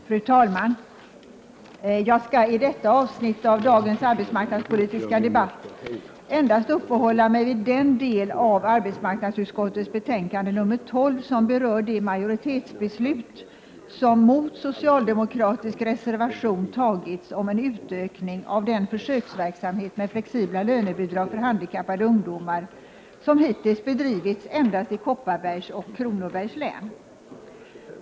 Fru talman! Jag skall i detta avsnitt av dagens arbetsmarknadspolitiska debatt endast uppehålla mig vid den del av arbetsmarknadsutskottets betänkande nr 12 som berör det majoritetsbeslut som mot socialdemokratisk reservation tagits om en utökning av den försöksverksamhet med flexibla lönebidrag för Handikappade ungdomar som hittills bedrivits endast i Kopparbergs och Kronobergs län.